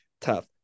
tough